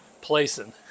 placing